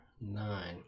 nine